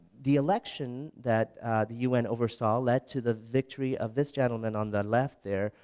the election that the un oversaw led to the victory of this gentleman on the left there,